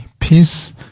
peace